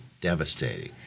devastating